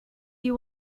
you